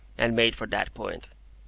and made for that point.